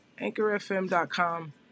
AnchorFM.com